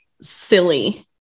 silly